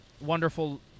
Wonderful